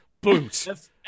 Boot